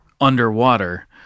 underwater